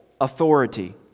authority